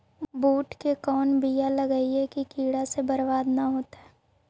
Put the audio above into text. बुंट के कौन बियाह लगइयै कि कीड़ा से बरबाद न हो?